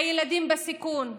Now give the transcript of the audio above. הילדים בסיכון,